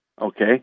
Okay